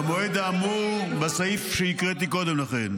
במועד האמור בסעיף שהקראתי קודם לכן.